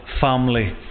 family